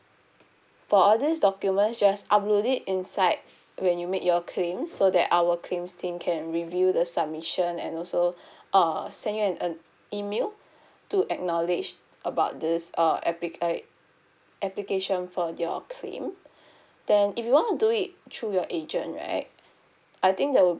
for all these documents just upload it inside when you make your claim so that our claims team can review the submission and also err send you an uh email to acknowledge about this uh appli~ eh application for your claim then if you want to do it through your agent right I think there will